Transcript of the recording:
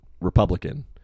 Republican